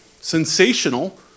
sensational